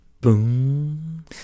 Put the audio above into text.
boom